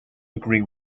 agree